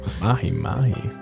Mahi-mahi